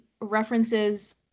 references